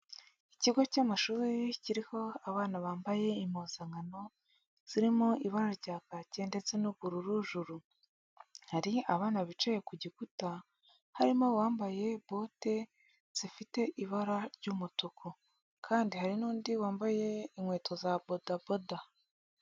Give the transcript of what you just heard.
Ikigo cy'amashuri kiriho abana bambaye impuzankano zirimo ibara rya kaki ndetse n'ubururu juru. Hari abana bicaye ku gikuta harimo uwambaye bote zifite ibara ry'umutuku kandi hari n'undi wambaye inkweto za bodaboda.